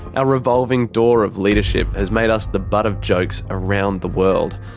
our revolving door of leadership has made us the butt of jokes around the world.